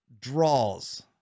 draws